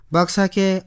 Baksake